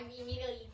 immediately